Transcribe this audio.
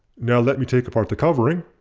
now let me take apart the covering.